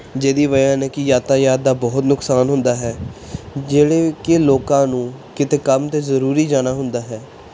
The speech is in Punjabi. ਜਿਹਦੀ ਵਜ੍ਹਾ ਨਾਲ ਕਿ ਯਾਤਾਯਾਤ ਦਾ ਬਹੁਤ ਨੁਕਸਾਨ ਹੁੰਦਾ ਹੈ ਜਿਹੜੇ ਕਿ ਲੋਕਾਂ ਨੂੰ ਕਿਤੇ ਕੰਮ 'ਤੇ ਜ਼ਰੂਰੀ ਜਾਣਾ ਹੁੰਦਾ ਹੈ